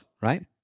right